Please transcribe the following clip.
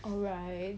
alright